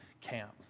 camp